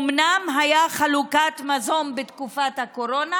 אומנם הייתה חלוקת מזון בתקופת הקורונה,